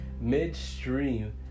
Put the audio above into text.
midstream